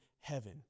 heaven